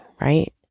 right